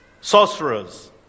sorcerers